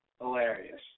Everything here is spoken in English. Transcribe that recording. hilarious